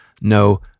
no